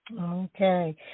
Okay